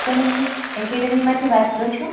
spoken English એકેડેમીમાંથી વાત કરો છો